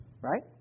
right